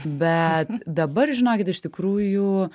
bet dabar žinokit iš tikrųjų